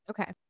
Okay